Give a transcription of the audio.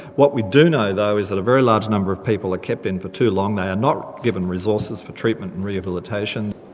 what we do know though, is that a very large number of people are kept in for too long, they are not given resources for treatment and rehabilitation.